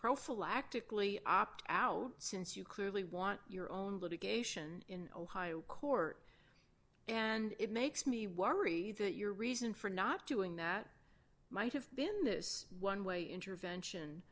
prophylactic lee opt out since you clearly want your own litigation in ohio court and it makes me worry that your reason for not doing that might have been this one way intervention